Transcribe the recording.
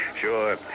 Sure